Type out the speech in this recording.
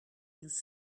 nous